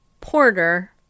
Porter